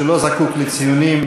שלא זקוק לציונים,